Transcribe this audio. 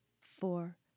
four